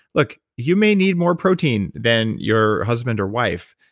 look, you may need more protein than your husband or wife.